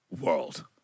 world